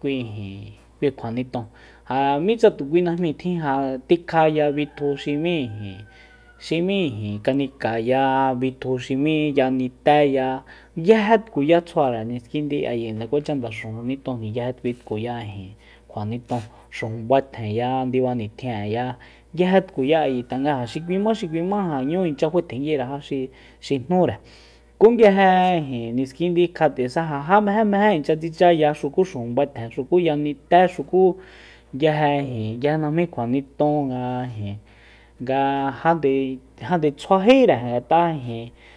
kui ijin kui kjua niton ja mitsa tukui najmíi tjin ja tikjaya bitju xi m'í ijin xi m'í ijin kanikaya bitju xi m'í yanitéya nguje tkuya tsjuare niskindi ayi nde kuacha ndaxujun nitojni nguije kui tkuya ijin kjua niton xujun faetjenya ndiba nitjin'eya nguije tkuya ayi tanga ja xi kuima xi kui ma xi nñú inchya fae tjenguire ja xi- xi jnúre ku nguije ijin niskindi kjat'esa ja ja mejemeje inchya tsichaya xuku xujun faetjen xuku yanite xuku nguije ijin nguije najmí kjua niton nga ijin nga jande- jande tsjuajíre ngat'a ijin